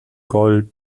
gold